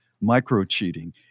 Micro-cheating